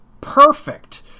perfect